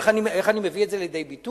איך אני מביא את זה לידי ביטוי?